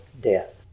death